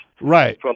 Right